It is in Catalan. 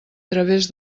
través